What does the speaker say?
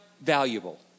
valuable